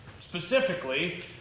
specifically